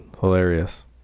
hilarious